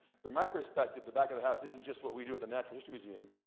through my perspective, the back of the house isn't just what we do at the natural history museum,